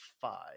five